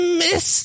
miss